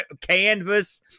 canvas